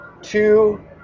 Two